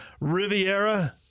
Riviera